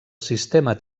sistema